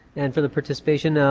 and for the participation. ah